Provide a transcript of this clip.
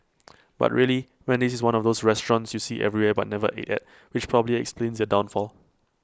but really Wendy's is one of those restaurants you see everywhere but never ate at which probably explains their downfall